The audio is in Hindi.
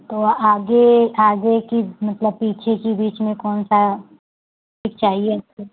तो आगे आगे कि मतलब पीछे की बीच में कौनसा सीट चाहिए आपको